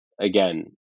Again